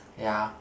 yeah